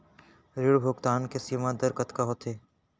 ऋण भुगतान के सीमा दर कतका होथे?